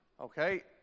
Okay